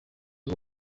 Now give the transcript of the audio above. aba